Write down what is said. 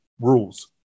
rules